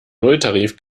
nulltarif